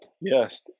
Yes